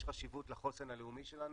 יש חשיבות לחוסן הלאומי שלנו,